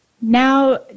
Now